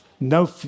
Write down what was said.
No